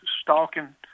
stalking